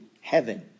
heaven